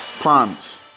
Promise